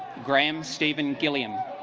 graham steven gilliam